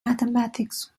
mathematics